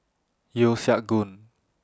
Yeo Siak Goon